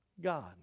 God